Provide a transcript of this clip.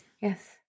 Yes